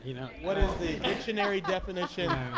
you know what is the dictionary definition?